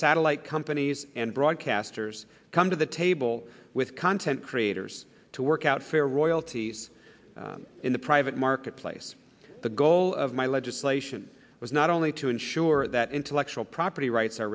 satellite companies and broadcasters come to the table with content creators to work out fair royalties in the private marketplace the goal of my legislation was not only to ensure that intellectual property rights